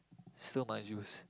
still must use